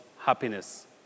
happiness